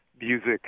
music